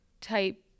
type